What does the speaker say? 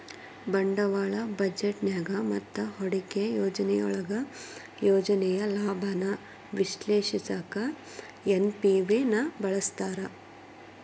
ಬಂಡವಾಳ ಬಜೆಟ್ನ್ಯಾಗ ಮತ್ತ ಹೂಡಿಕೆ ಯೋಜನೆಯೊಳಗ ಯೋಜನೆಯ ಲಾಭಾನ ವಿಶ್ಲೇಷಿಸಕ ಎನ್.ಪಿ.ವಿ ನ ಬಳಸ್ತಾರ